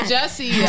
Jesse